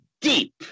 deep